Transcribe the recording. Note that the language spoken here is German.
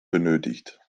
benötigt